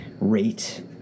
rate